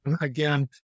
Again